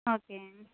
okay